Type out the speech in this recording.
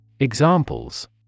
Examples